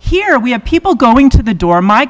here we have people going to the door my